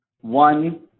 One